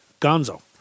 Gonzo